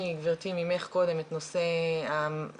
אני ממש חושבת שכל הנתונים שאמרת עד